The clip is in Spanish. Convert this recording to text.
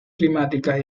climáticas